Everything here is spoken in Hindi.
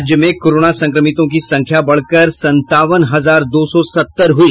राज्य में कोरोना संक्रमितों की संख्या बढ़कर संतावन हजार दो सौ सत्तर हुई